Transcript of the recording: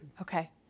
Okay